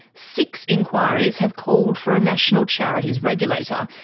six inquiries have called for a national charities regulator,